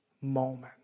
moment